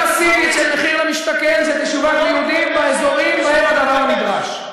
בנייה מסיבית של מחיר למשתכן שתשווק ליהודים באזורים שבהם הדבר נדרש,